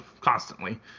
constantly